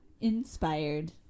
Inspired